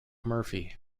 murphy